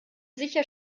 sicher